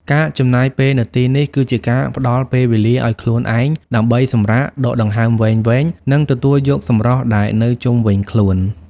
ការចំណាយពេលនៅទីនេះ គឺជាការផ្តល់ពេលវេលាឲ្យខ្លួនឯងដើម្បីសម្រាក ដកដង្ហើមវែងៗ និងទទួលយកសម្រស់ដែលនៅជុំវិញខ្លួន។